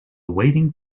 waiting